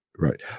Right